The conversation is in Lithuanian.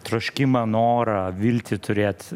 troškimą norą viltį turėt